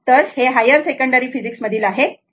तर हे higher secondary physics मधील आहे